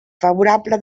favorable